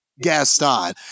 Gaston